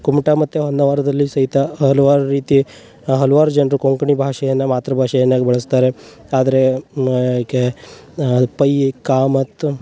ಕುಮಟಾ ಮತ್ತು ಹೊನ್ನಾವರದಲ್ಲಿ ಸಹಿತ ಹಲವಾರು ರೀತಿ ಹಲ್ವಾರು ಜನರು ಕೊಂಕಣಿ ಭಾಷೆಯನ್ನು ಮಾತೃಭಾಷೆಯನ್ನಾಗಿ ಬಳಸ್ತಾರೆ ಆದರೆ ಪೈ ಕಾಮತ್